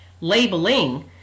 Labeling